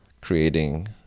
creating